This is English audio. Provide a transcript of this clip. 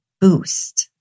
boost